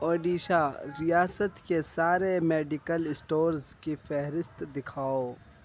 اڈیشہ ریاست کے سارے میڈیکل اسٹورز کی فہرست دکھاؤ